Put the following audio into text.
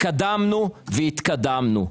התקדמנו והתקדמנו.